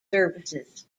services